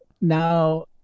now